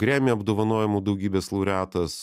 gremi apdovanojimų daugybės laureatas